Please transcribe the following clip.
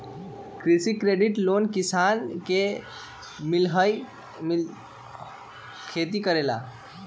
कृषि credit loan किसान के मिलहई खेती करेला?